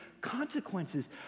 consequences